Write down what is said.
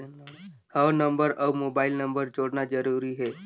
हव नंबर अउ mobile number जोड़ना जरूरी हे?